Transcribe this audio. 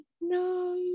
no